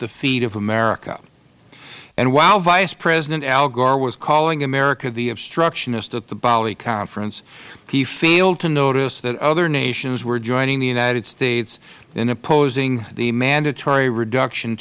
the feet of america and while vice president al gore was calling america the obstructionist at the bali conference he failed to notice that other nations were joining the united states in opposing the mandatory reduction